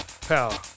power